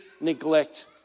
neglect